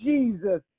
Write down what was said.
Jesus